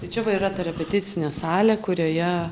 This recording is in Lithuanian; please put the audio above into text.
tai čia va yra ta repeticinė salė kurioje